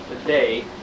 today